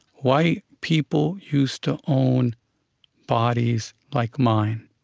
white people used to own bodies like mine.